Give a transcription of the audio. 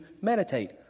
meditate